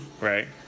right